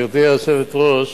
גברתי היושבת-ראש,